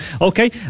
Okay